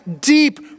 deep